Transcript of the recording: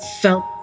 felt